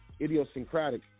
idiosyncratic